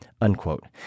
unquote